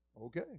Okay